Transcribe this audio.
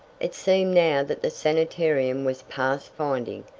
it seemed now that the sanitarium was past finding,